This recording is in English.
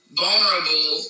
vulnerable